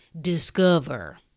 discover